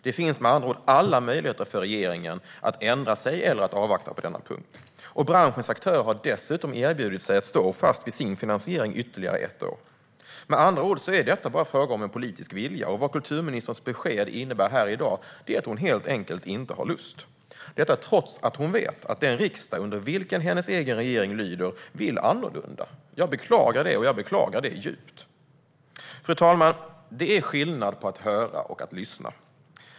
Det finns med andra ord alla möjligheter för regeringen att ändra sig eller att avvakta på denna punkt. Branschens aktörer har dessutom erbjudit sig att stå fast vid sin finansiering i ytterligare ett år. Med andra ord är detta bara fråga om en politisk vilja, och vad kulturministerns besked innebär här i dag är att hon helt enkelt inte har lust - detta trots att hon vet att den riksdag, under vilken hennes regering lyder, vill annorlunda. Jag beklagar det, och jag beklagar det djupt. Fru talman! Det är skillnad på att höra och att lyssna.